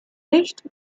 nicht